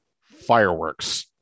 Fireworks